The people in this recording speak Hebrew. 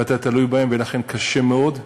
ואתה תלוי בהם, ולכן, קשה מאוד.